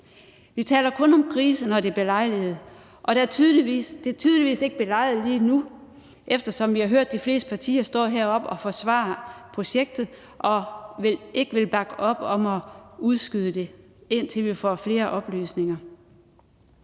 Vi taler kun om krise, når det er belejligt, og det er tydeligvis ikke belejligt lige nu, eftersom vi har hørt de fleste partier stå heroppe og forsvare projektet, og de vil ikke bakke op om at udskyde det, indtil vi får flere oplysninger.